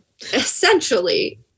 essentially